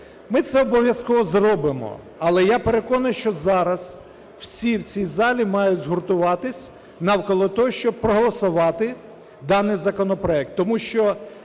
Ми це обов'язково зробимо, але я переконаний, що зараз всі в цій залі мають згуртуватись навколо того, щоб проголосувати даний законопроект.